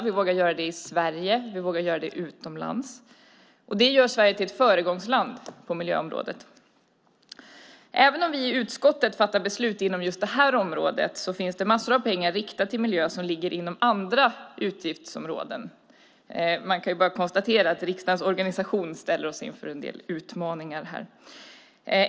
Vi vågar göra det i Sverige, och vi vågar göra det utomlands. Det gör Sverige till ett föregångsland på miljöområdet. Även om vi i utskottet fattar beslut inom just det här området finns det massor av pengar riktade till miljö som ligger inom andra utgiftsområden. Man kan bara konstatera att riksdagens organisation ställer oss inför en del utmaningar här.